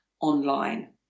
online